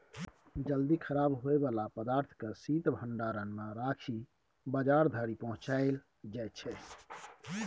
जल्दी खराब होइ बला पदार्थ केँ शीत भंडारण मे राखि बजार धरि पहुँचाएल जाइ छै